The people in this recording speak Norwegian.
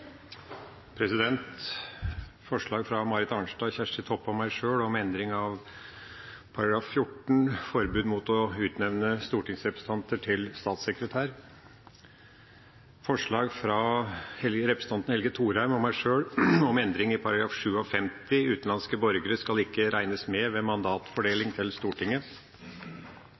fra representantene Marit Arnstad, Kjersti Toppe og meg sjøl om endring i § 14, forbud mot å utnevne stortingsrepresentanter til statssekretærer. Det gjelder grunnlovsforslag fra representanten Helge Thorheim og meg sjøl om endring i § 57, utenlandske borgere skal ikke regnes med ved mandatfordeling til Stortinget.